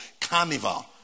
carnival